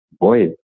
boy